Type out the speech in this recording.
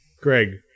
Greg